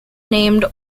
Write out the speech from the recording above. named